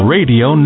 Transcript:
Radio